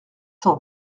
cent